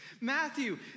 Matthew